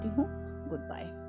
Goodbye